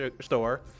store